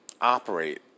operate